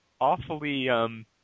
awfully